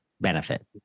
benefit